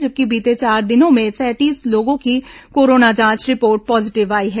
जबकि बीते चार दिनों में सैंतीस लोगों की कोरोना जांच रिपोर्ट पॉजीटिव आई है